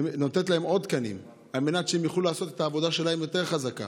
ונותנת להם עוד תקנים על מנת שהם יוכלו לעשות את העבודה שלהם יותר חזק,